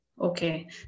Okay